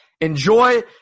enjoy